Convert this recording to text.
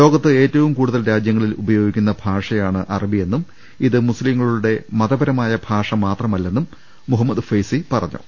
ലോകത്ത് ഏറ്റവും കൂടുതൽ രാജ്യങ്ങളിൽ ഉപയോഗിക്കുന്ന ഭാഷ യാണ് അറബിയെന്നും ഇത് മുസ്ലിങ്ങളുടെ മതപരമായ ഭാഷ മാത്രമല്ലെന്നും മുഹമ്മദ് ഫൈസി പറഞ്ഞു